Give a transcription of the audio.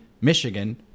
michigan